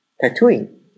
tattooing